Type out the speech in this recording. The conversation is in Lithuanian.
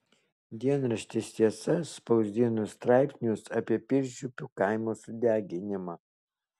dienraštis tiesa spausdino straipsnius apie pirčiupių kaimo sudeginimą